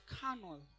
carnal